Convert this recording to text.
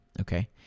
okay